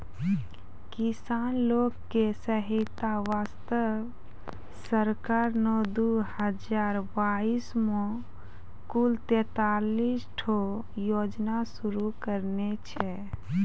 किसान लोग के सहायता वास्तॅ सरकार नॅ दू हजार बाइस मॅ कुल तेतालिस ठो योजना शुरू करने छै